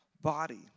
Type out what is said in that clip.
body